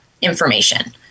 information